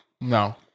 No